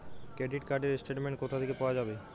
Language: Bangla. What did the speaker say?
ক্রেডিট কার্ড র স্টেটমেন্ট কোথা থেকে পাওয়া যাবে?